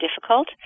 difficult